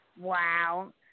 wow